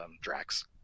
Drax